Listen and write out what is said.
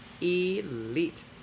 Elite